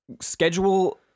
Schedule